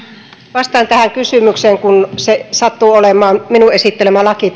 vastaan tähän kysymykseen kun tämä maakuntien rahoituslaki johon tämä asia liittyy sattuu olemaan minun esittelemäni laki